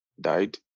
died